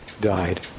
died